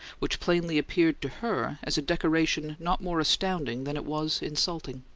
which plainly appeared to her as a decoration not more astounding than it was insulting.